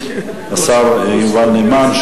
השר נאמן,